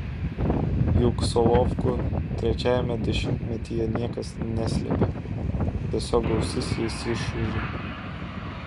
juk solovkų trečiajame dešimtmetyje niekas neslėpė tiesiog ausis jais išūžė